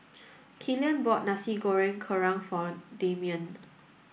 Killian bought Nasi Goreng Kerang for Dameon